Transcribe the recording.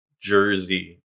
jersey